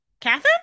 Catherine